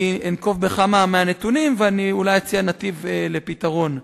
אני אנקוב בכמה מהנתונים ואולי אציע נתיב לפתרון.